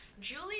Julie